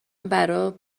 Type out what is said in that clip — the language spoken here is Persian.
برا